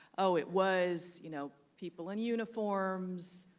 oh, it was you know people in uniforms,